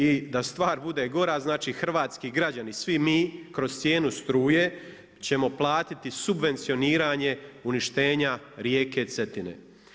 I da stvar bude gora, znači hrvatski građani, svi mi kroz cijenu struje ćemo platiti subvencioniranje uništenja rijeke Cetine.